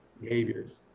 behaviors